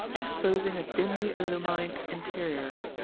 exposing a dimly illumined interior.